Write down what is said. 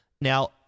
Now